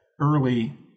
early